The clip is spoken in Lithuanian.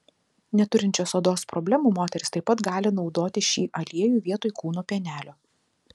neturinčios odos problemų moterys taip pat gali naudoti šį aliejų vietoj kūno pienelio